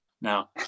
now